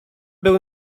był